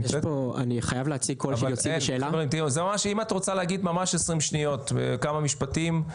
אם את רוצה להגיד ממש 20 שניות, בכמה משפטים.